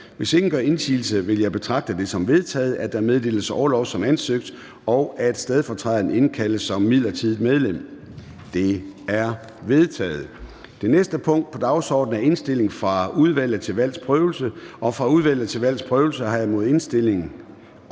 Hvis ingen gør indsigelse, vil jeg betragte det som vedtaget, at der meddeles orlov som ansøgt, og at stedfortræderen indkaldes som midlertidigt medlem. Det er vedtaget. --- Det næste punkt på dagsordenen er: 2) Indstilling fra Udvalget til Valgs Prøvelse: Godkendelse af stedfortræder som midlertidigt